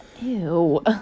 Ew